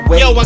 yo